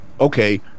okay